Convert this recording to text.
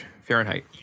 Fahrenheit